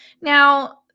Now